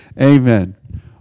Amen